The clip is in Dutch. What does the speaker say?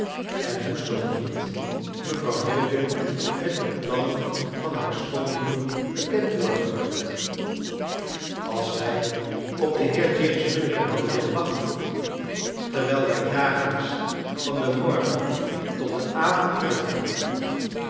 en moest ook niet mevrouw milligan met de plannen van haar schoonbroeder bekend worden gemaakt als wij op den heer james milligan hadden willen wachten terwijl wij dagelijks van den morgen tot den avond uitgingen